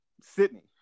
Sydney